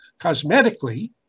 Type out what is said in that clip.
cosmetically